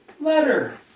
letter